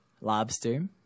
Lobster